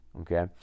Okay